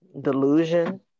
delusion